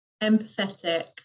empathetic